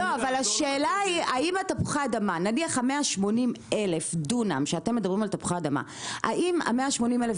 אבל השאלה היא אם 180,000 דונם של תפוחי-אדמה יכולים